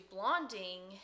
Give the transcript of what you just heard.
Blonding